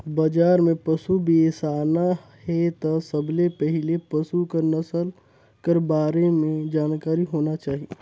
बजार में पसु बेसाना हे त सबले पहिले पसु कर नसल कर बारे में जानकारी होना चाही